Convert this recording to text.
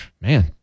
man